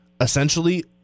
essentially